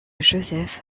joseph